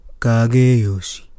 kageyoshi